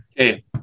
Okay